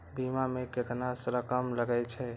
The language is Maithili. बीमा में केतना रकम लगे छै?